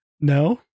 no